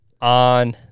on